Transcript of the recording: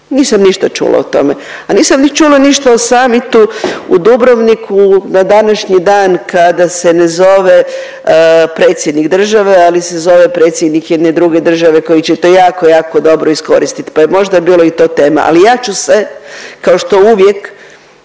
Nisam ništa čula o tome, a nisam ni čula ništa o samitu u Dubrovniku na današnji dan kada se ne zove predsjednik države, ali se zove predsjednik jedne druge države koji će to jako jako dobro iskoristit, pa je možda bilo i to tema. Ali ja ću se kao što uvijek